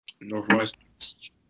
Northwest